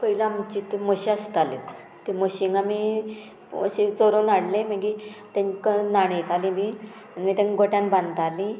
पयलीं आमचे ती म्हशी आसताल्यो त्या म्हशींक आमी अशें चरोवन हाडलें मागीर तेंकां न्हाणयतालीं बी आनी मागीर तेंकां गोट्यान बांदतालीं